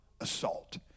assault